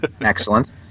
excellent